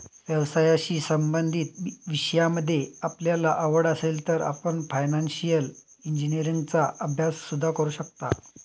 व्यवसायाशी संबंधित विषयांमध्ये आपल्याला आवड असेल तर आपण फायनान्शिअल इंजिनीअरिंगचा अभ्यास सुद्धा करू शकता